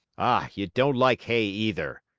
ah, you don't like hay either?